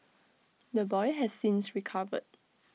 the boy has since recovered